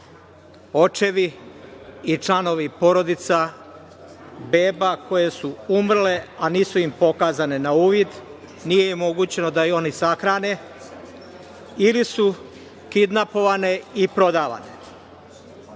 očevi i članovi porodica beba koje su umrle, a nisu im pokazane na uvid, nije im omogućeno da ih oni sahrane, ili su kidnapovane i prodavane. Mene